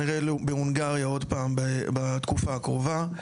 כנראה בהונגריה עוד פעם בתקופה הקרובה.